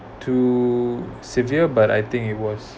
too severe but I think it was